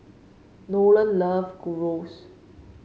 Nolan love Gyros